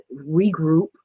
regroup